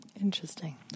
Interesting